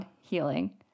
healing